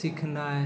सिखनाइ